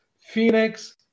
Phoenix